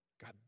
God